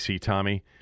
Tommy